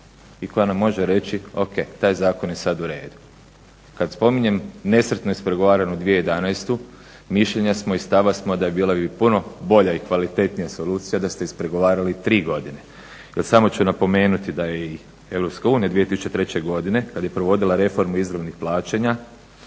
i koja nam može reći, o.k. taj zakon je sada u redu. Kad spominjem nesretno ispregovaranu 2011. mišljenja smo i stava da bi bilo puno bolja i kvalitetnija solucija da ste ispregovarali tri godine, jer samo ću napomenuti da je i EU 2003. godine kad je provodila reformu izravnih plaćanja